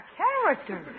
character